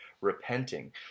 repenting